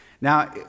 Now